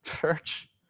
church